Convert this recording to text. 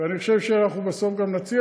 ואני חושב שבסוף גם נצליח,